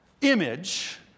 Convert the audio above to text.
image